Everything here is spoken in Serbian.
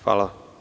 Hvala.